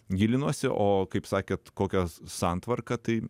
gilinuosi o kaip sakėt kokios santvarka tai